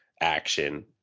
action